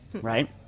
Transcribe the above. right